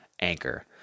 Anchor